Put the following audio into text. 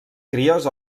cries